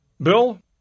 Bill